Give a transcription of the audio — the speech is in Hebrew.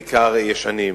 בעיקר ישנים.